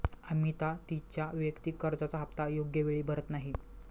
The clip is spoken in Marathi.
अमिता तिच्या वैयक्तिक कर्जाचा हप्ता योग्य वेळी भरत नाही